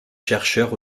chercheurs